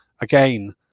Again